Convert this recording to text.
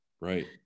right